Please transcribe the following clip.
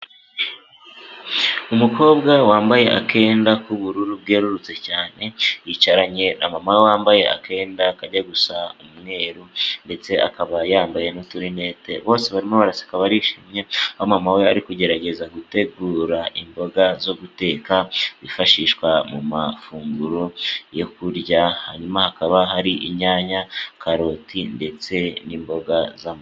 Umukobwa wambayekenda k'ubururu bwerurutse cyane yicaranye na mama we wambaye akenda kajya gusa umweru ndetse akaba yambaye n'uturinete bose barimo baraska akaba barishimye aho mama we ari kugerageza gutegura imboga zo guteka bifashishwa mu mafunguro yo kurya hanyuma hakaba hari inyanya, karoti ndetse n'imboga z'ambazi.